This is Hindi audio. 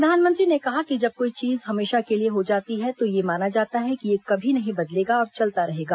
प्रधानमंत्री ने कहा कि जब कोई चीज़ हमेशा के लिये हो जाती है तो यह माना जाता है कि यह कभी नहीं बदलेगा और चलता रहेगा